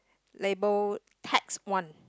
labelled tax one